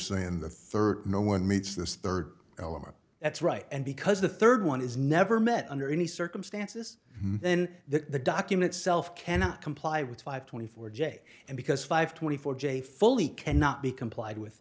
say in the third no one meets this third element that's right and because the third one is never met under any circumstances then the document self cannot comply with five twenty four j and because five twenty four j fully cannot be complied with